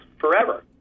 forever